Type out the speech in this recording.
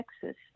texas